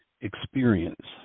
experience